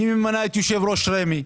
מי ממנה את יושב-ראש רמ"י?